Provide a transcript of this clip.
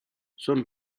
son